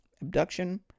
abduction